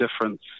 difference